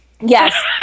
yes